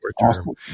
Awesome